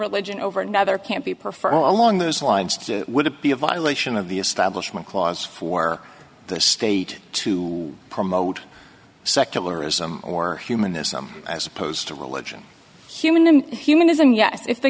religion over another can't be prefer along those lines to would it be a violation of the establishment clause for the state to promote secularism or humanism as opposed to religion human and humanism yes if the